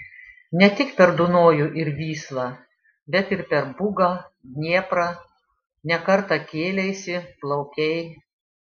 ne tik per dunojų ir vyslą bet ir per bugą dnieprą ne kartą kėleisi plaukei